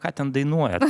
ką ten dainuoja